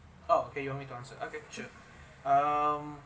oh okay you want me to answer okay sure um